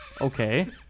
Okay